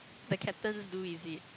the captains do is it